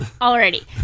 Already